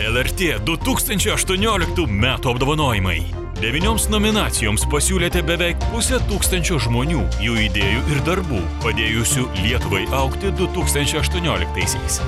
lrt du tūkstančiai aštuonioliktų metų apdovanojimai devynioms nominacijoms pasiūlyti beveik pusė tūkstančio žmonių jų idėjų ir darbų padėjusių lietuvai augti du tūkstančiai aštuonioliktaisiais